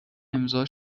امضا